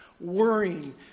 worrying